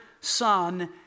son